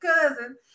cousin